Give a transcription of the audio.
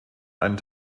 einen